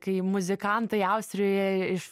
kai muzikantai austrijoje iš